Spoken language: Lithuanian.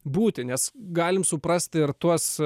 būti nes galim suprasti ir tuos